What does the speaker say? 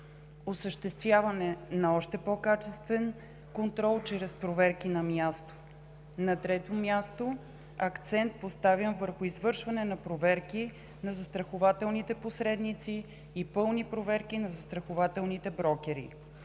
осъществяване на още по-качествен контрол чрез проверки на място; - на трето място, акцент поставям върху извършване на проверки на застрахователните посредници и пълни проверки на застрахователните брокери;